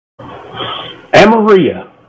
Amaria